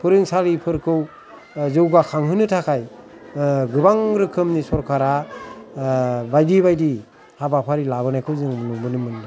फोरों सालिफोरखाै जाैगाखांहोनो थाखाय गोबां रोखोमनि सरखारा बायदि बायदि हाबाफारि लाबोनायखाै जों नुनो मोनदों